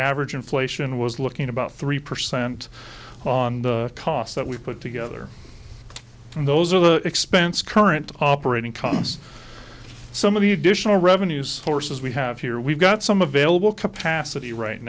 average inflation was looking about three percent on the cost that we put together and those are the expense current operating costs some of the additional revenues horses we have here we've got some available capacity right